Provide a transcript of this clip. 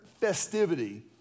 festivity